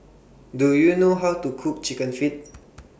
Do YOU know How to Cook Chicken Feet